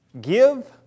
give